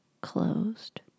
closed